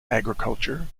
agriculture